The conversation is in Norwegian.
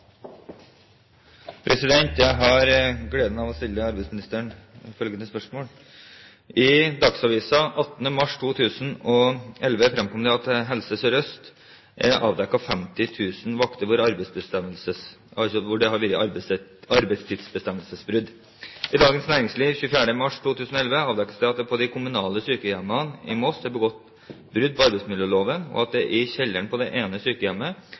Dagsavisen 18. mars 2011 fremkommer det at det i Helse Sør-Øst er avdekket 50 000 vakter hvor arbeidstidsbestemmelsene er brutt. I Dagens Næringsliv 24. mars 2011 avdekkes det at det på de kommunale sykehjemmene i Moss er begått brudd på arbeidsmiljøloven, og at det i kjelleren på det ene sykehjemmet